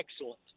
excellent